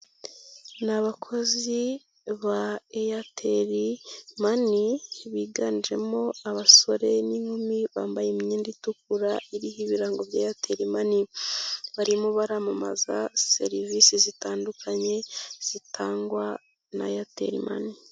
Ni abakozi ba Airtel money biganjemo abasore n'inkumi bambaye imyenda itukura iriho ibirango bya Airtel money, barimo baramamaza serivise zitandukanye zitangwa na Airtel money.